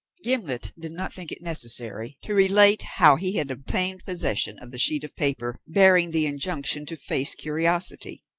gimblet did not think it necessary to relate how he had obtained possession of the sheet of paper bearing the injunction to face curiosity.